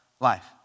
life